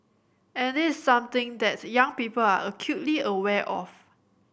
and this is something that young people are acutely aware of